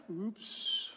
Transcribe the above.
oops